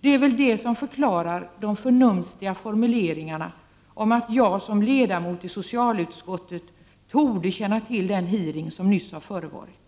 Det är väl det som förklarar de förnumstiga formuleringarna om att jag som ledamot i socialutskottet torde känna till den hearing som nu har förevarit.